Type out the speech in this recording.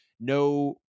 No